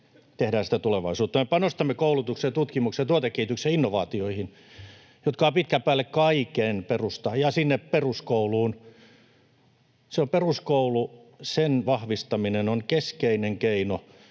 tehdään sitä tulevaisuutta. Me panostamme koulutukseen, tutkimukseen, tuotekehitykseen ja innovaatioihin, jotka ovat pitkän päälle kaiken perusta, ja sinne peruskouluun. Peruskoulun vahvistaminen on keskeinen keino